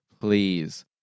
please